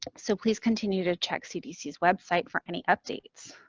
so, please continue to check cdc's website for any updates.